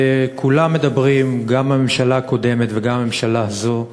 וכולם מדברים, גם הממשלה הקודמת וגם הממשלה הזאת,